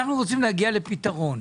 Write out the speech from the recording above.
אנחנו רוצים להגיע לפתרון.